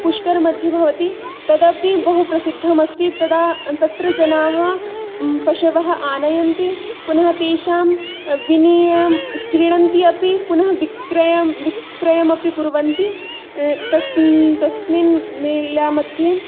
पुष्करमध्ये भवति तदपि बहुप्रसिद्धम् अस्ति तदा तत्र जनाः पशवः आनयन्ति पुनः तेषां विनियम् क्रीडन्ति अपि पुनः विक्रयं विक्रयमपि कुर्वन्ति तस्मि तस्मिन् मेलामध्ये